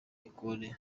ecole